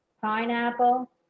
Pineapple